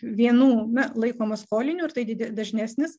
vienų laikomas skoliniu ir tai didis dažnesnis